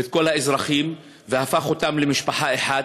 ואת כל האזרחים והפך אותם למשפחה אחת.